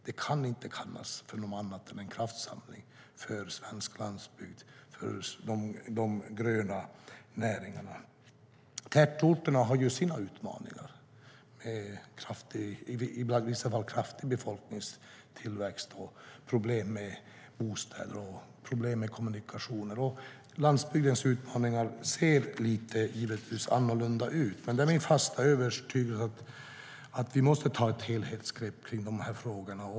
Det kan inte kallas för något annat än en kraftsamling för svensk landsbygd och de gröna näringarna. Tätorterna har sina utmaningar med ibland kraftig befolkningstillväxt och problem med bostäder och kommunikationer. Landsbygdens utmaningar ser givetvis lite annorlunda ut. Men det är min fasta övertygelse att vi måste ta ett helhetsgrepp om dessa frågor.